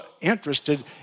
interested